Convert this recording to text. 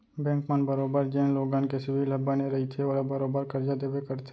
bank मन बरोबर जेन लोगन के सिविल ह बने रइथे ओला बरोबर करजा देबे करथे